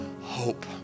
hope